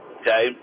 Okay